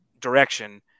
direction